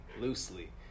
loosely